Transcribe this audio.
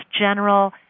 general